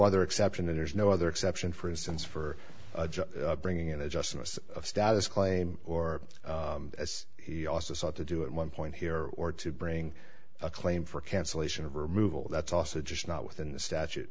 other exception there's no other exception for instance for bringing in a justice of status claim or as he also sought to do it one point here or to bring a claim for cancellation of removal that's also just not within the statute